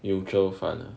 mutual fund lah